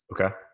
Okay